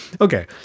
Okay